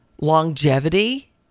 longevity